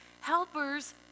helpers